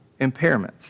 impairments